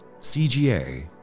CGA